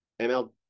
ML